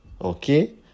okay